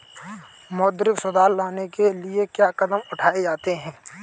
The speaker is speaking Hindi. मौद्रिक सुधार लाने के लिए क्या कदम उठाए जाते हैं